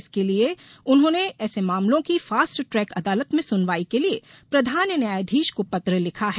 इसलिये उन्होंने ऐसे मामलों की फास्ट ट्रेक अदालत में सुनवाई के लिये प्रधान न्यायाधीश को पत्र लिखा है